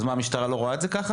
אז המשטרה לא רואה את זה ככה?